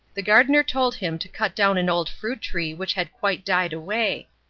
the gardener told him to cut down an old fruit tree which had quite died away,